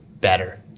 better